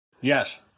Yes